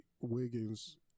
Wiggins